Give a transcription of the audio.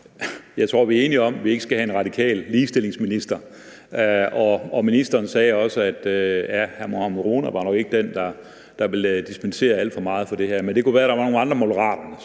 Jeg tror, vi er enige om, at vi ikke skal have en radikal ligestillingsminister, og ministeren sagde også, at hr. Mohammad Rona ikke var den, der ville dispensere alt for meget for det her, men det kunne være, at der var nogle andre fra Moderaterne,